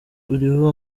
uriho